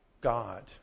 God